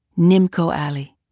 nimco ali,